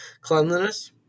cleanliness